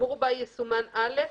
האמור בה יסומן (א)